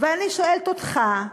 ואני שואלת אותך,